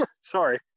sorry